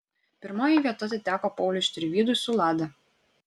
pirmoji vieta atiteko pauliui štirvydui su lada